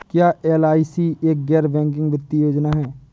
क्या एल.आई.सी एक गैर बैंकिंग वित्तीय योजना है?